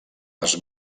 les